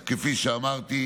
כפי שאמרתי,